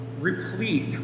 Replete